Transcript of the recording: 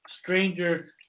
stranger